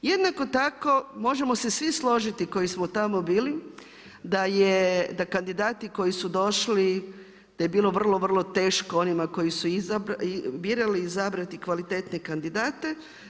Jednako tako možemo se svi složiti koji smo tamo bili da kandidati koji su došli, da je bilo vrlo, vrlo teško onima koji su birali izabrati kvalitetne kandidate.